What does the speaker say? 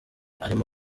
arimo